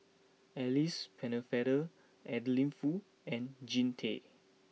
Alice Pennefather Adeline Foo and Jean Tay